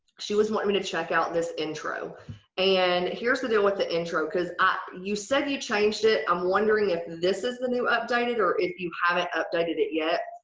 she was wanting me to check out this intro and here's the deal with the intro cuz you said you changed it. i'm wondering if this is the new updated or if you haven't updated it yet.